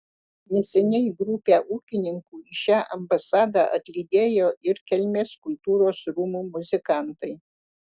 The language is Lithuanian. neseniai grupę ūkininkų į šią ambasadą atlydėjo ir kelmės kultūros rūmų muzikantai